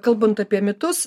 kalbant apie mitus